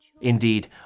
Indeed